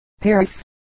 Paris